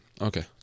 Okay